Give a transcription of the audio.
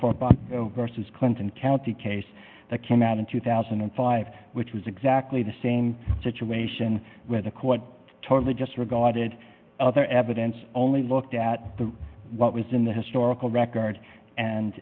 e versus clinton county case that came out in two thousand and five which was exactly the same situation where the court totally just regarded other evidence only looked at the what was in the historical record and